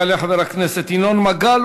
יעלה חבר הכנסת ינון מגל,